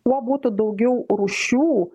tuo būtų daugiau rūšių